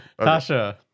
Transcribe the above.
Tasha